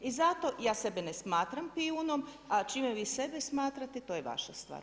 I zato, ja sebe ne smatram pijunom, a čime vi sebe smatrate, to je vaša stvar.